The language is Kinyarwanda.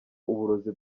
uburozi